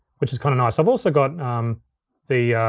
which is kinda nice. i've also got the